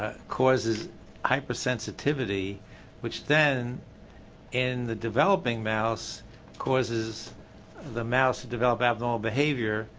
ah causes hypersensitivity which then in the developing mouse causes the mouse to develop abnormal behavior.